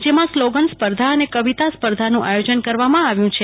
જેમાં સ્લોગન સ્પર્ધા અને કવિતા પોયમસ્પર્ધાનું આયોજન કરવામાં આવેલ છે